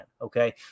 Okay